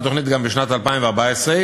הממשלה.